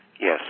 yes